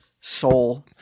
soul